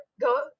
go